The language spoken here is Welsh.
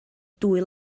dwy